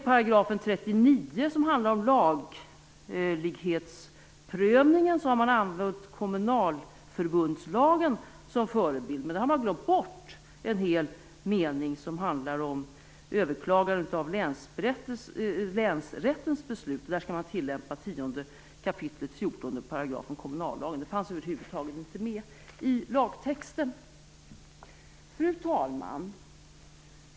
I § 39, som handlar om laglighetsprövningen, har man använt kommunalförbundslagen som förebild. Man har glömt bort en hel mening som handlar om överklagande av länsrättens beslut. 10 kap. 14 § kommunallagen skall tillämpas. Det finns över huvud taget inte med i lagtexten. Fru talman!